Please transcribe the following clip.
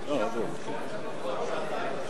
בבקשה, אדוני.